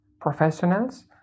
professionals